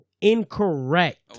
incorrect